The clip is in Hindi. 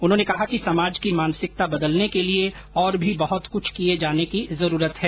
उन्होंने कहा कि समाज की मानसिकता बदलने के लिए और भी बहुत कुछ किये जाने की जरूरत है